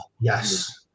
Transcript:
yes